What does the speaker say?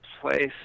place